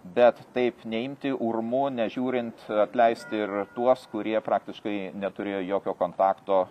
bet taip neimti urmu nežiūrint atleisti ir tuos kurie praktiškai neturėjo jokio kontakto